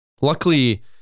Luckily